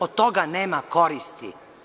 Od toga nema koristi.